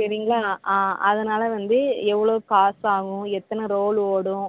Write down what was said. சரிங்களா அதனால வந்து எவ்வளோ காஸ் ஆகும் எத்தனை ரோல் ஓடும்